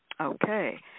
Okay